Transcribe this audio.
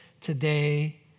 today